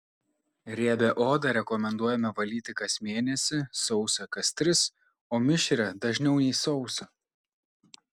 riebią odą rekomenduojame valyti kas mėnesį sausą kas tris o mišrią dažniau nei sausą